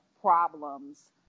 problems